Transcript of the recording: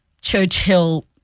Churchill